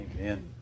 Amen